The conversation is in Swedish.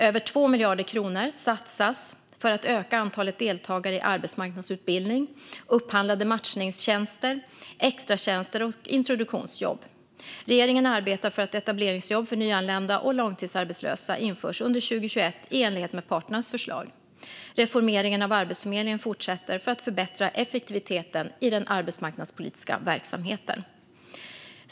Över 2 miljarder kronor satsas för att öka antalet deltagare i arbetsmarknadsutbildning, upphandlade matchningstjänster, extratjänster och introduktionsjobb. Regeringen arbetar för att etableringsjobb för nyanlända och långtidsarbetslösa införs under 2021, i enlighet med parternas förslag. Reformeringen av Arbetsförmedlingen fortsätter för att förbättra effektiviteten i den arbetsmarknadspolitiska verksamheten.